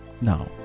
Now